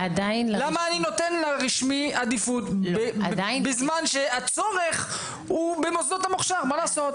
למה אני נותן לרשמי עדיפות בזמן שהצורך הוא במוסדות המוכשר מה לעשות?